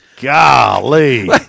Golly